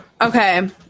Okay